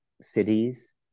cities